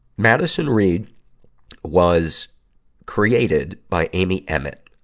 madison reed was created by amy erret,